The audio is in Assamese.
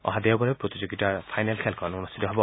অহা দেওঁবাৰে প্ৰতিযোগিতাৰ ফাইনেল খেলখন অনুষ্ঠিত হ'ব